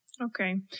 Okay